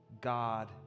God